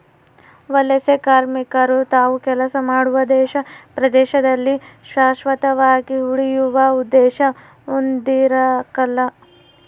ವಲಸೆಕಾರ್ಮಿಕರು ತಾವು ಕೆಲಸ ಮಾಡುವ ದೇಶ ಪ್ರದೇಶದಲ್ಲಿ ಶಾಶ್ವತವಾಗಿ ಉಳಿಯುವ ಉದ್ದೇಶ ಹೊಂದಿರಕಲ್ಲ